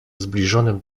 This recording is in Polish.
zbliżonym